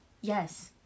Yes